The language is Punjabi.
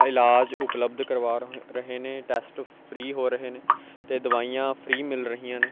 ਇਲਾਜ ਉਪਲੱਬਧ ਕਰਵਾ ਰ ਹੋਏ ਰਹੇ ਨੇ ਟੈਸਟ ਫਰੀ ਹੋ ਰਹੇ ਨੇ ਅਤੇ ਦਵਾਈਆਂ ਫਰੀ ਮਿਲ ਰਹੀਆਂ ਨੇ